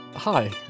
Hi